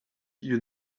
you